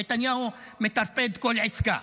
נתניהו מטרפד כל עסקה.